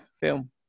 film